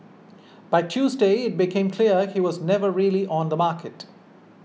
by Tuesday it became clear he was never really on the market